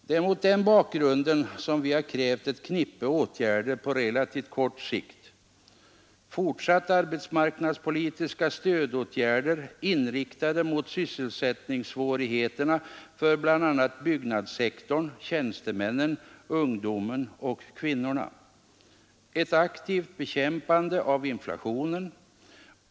Det är mot den bakgrunden som vi har krävt ett knippe åtgärder på relativt kort sikt: Ett aktivt bekämpande av inflationen.